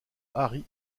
harry